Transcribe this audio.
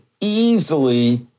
easily